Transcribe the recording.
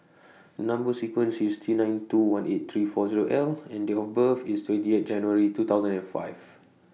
Number sequence IS T nine two one eight three four Zero L and Date of birth IS twenty eight January two thousand and five